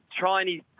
Chinese